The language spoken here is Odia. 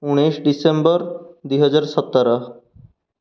ଉଣେଇଶି ଡ଼ିସେମ୍ବର ଦୁଇ ହଜାର ସତର